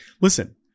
listen